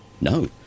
No